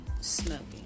smoking